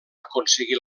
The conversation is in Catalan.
aconseguir